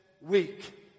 week